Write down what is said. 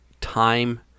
time